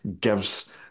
gives